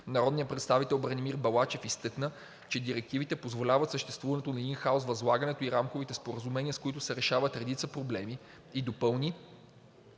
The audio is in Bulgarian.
Народният представител Бранимир Балачев изтъкна, че директивите позволяват съществуването на ин хаус възлагането и рамковите споразумения, с които се решават редица проблеми, и допълни,